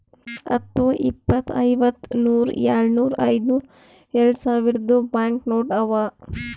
ಹತ್ತು, ಇಪ್ಪತ್, ಐವತ್ತ, ನೂರ್, ಯಾಡ್ನೂರ್, ಐಯ್ದನೂರ್, ಯಾಡ್ಸಾವಿರ್ದು ಬ್ಯಾಂಕ್ ನೋಟ್ ಅವಾ